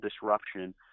disruption